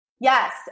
Yes